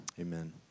Amen